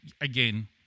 again